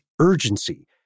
urgency